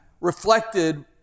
reflected